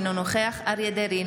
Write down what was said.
אינו נוכח אריה מכלוף דרעי,